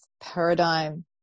paradigm